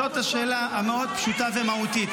זאת השאלה המאוד-פשוטה ומהותית.